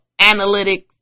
analytics